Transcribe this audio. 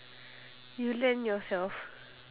you lend yourself